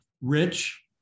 rich